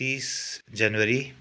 तिस जनवरी